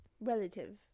relative